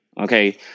okay